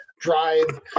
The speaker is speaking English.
drive